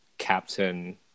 captain